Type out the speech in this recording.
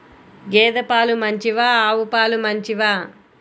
గేద పాలు మంచివా ఆవు పాలు మంచివా?